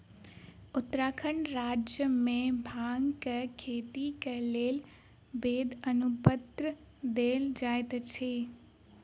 उत्तराखंड राज्य मे भांगक खेती के लेल वैध अनुपत्र देल जाइत अछि